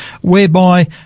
whereby